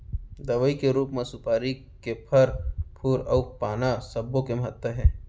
दवई के रूप म सुपारी के फर, फूल अउ पाना सब्बो के महत्ता हे